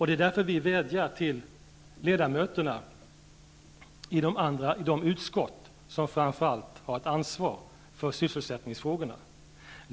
Det är därför vi vädjar till ledamöterna i framför allt de utskott som har ett ansvar för sysselsättningsfrågorna.